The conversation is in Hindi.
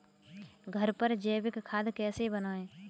घर पर जैविक खाद कैसे बनाएँ?